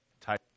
type